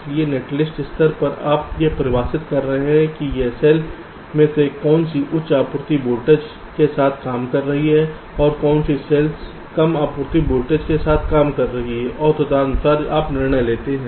इसलिए नेटलिस्ट स्तर पर आप यह परिभाषित कर रहे हैं कि इस सेल में से कौन सी उच्च आपूर्ति वोल्टेज के साथ काम कर रही है और कौन सी सेल्स कम आपूर्ति वोल्टेज के साथ काम कर रही होंगी और तदनुसार आप निर्णय लेते हैं